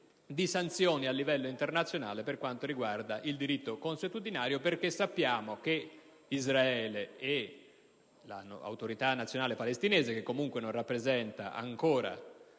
di sanzioni a livello internazionale per quanto riguarda il diritto consuetudinario. È noto, infatti, che Israele e l'Autorità nazionale palestinese, che comunque non rappresenta ancora